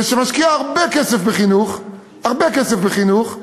ושמשקיעה הרבה כסף בחינוך, הרבה כסף בחינוך,